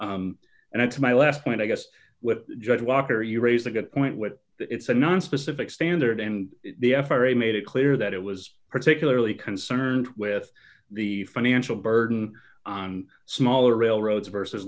and it's my last point i guess with judge walker you raise a good point with that it's a nonspecific standard and the f r a made it clear that it was particularly concerned with the financial burden on smaller railroads versus